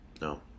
No